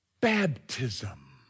baptism